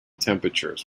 temperatures